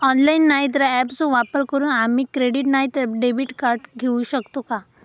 Online नाय तर ऍपचो वापर करून आम्ही क्रेडिट नाय तर डेबिट कार्ड घेऊ शकतो का?